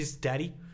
daddy